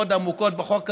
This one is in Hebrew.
מאוד עמוקות בחוק הזה.